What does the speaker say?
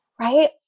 right